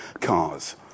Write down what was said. cars